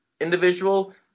individual